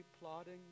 plodding